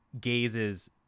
gazes